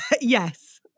Yes